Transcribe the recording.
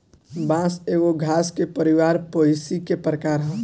बांस एगो घास के परिवार पोएसी के प्रकार ह